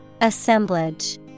Assemblage